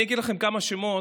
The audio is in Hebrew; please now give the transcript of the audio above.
אני אגיד לכם כמה שמות: